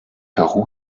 peru